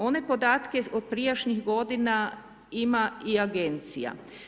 One podatke od prijašnjih godina ima i agencija.